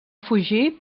fugir